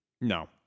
No